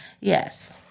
Yes